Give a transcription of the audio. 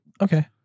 Okay